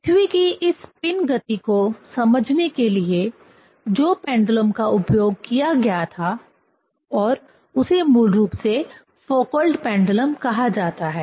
पृथ्वी कि इस स्पिन गति को समझने के लिए जो पेंडुलम का उपयोग किया गया था और उसे मूल रूप से फौकौल्ट पेंडुलम कहा जाता है